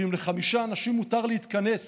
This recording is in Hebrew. ואם לחמישה אנשים מותר להתכנס